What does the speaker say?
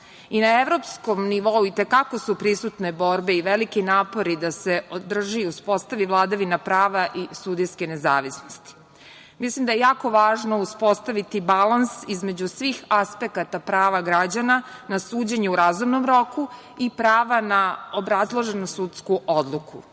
i na evropskom nivou i te kako su prisutne borbe i veliki napori da se održi, uspostavi vladavina prava i sudijske nezavisnosti. Mislim da je jako važno uspostaviti balans između svih aspekata prava građana na suđenje u razumnom roku i prava na obrazloženu sudsku odluku.